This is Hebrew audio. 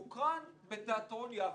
הוקרן בתיאטרון יפו.